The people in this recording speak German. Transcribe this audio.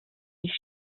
sich